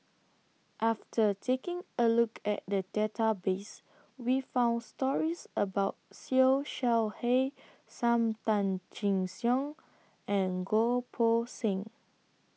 after taking A Look At The Database We found stories about Siew Shaw He SAM Tan Chin Siong and Goh Poh Seng